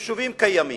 מיישובים קיימים.